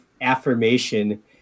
affirmation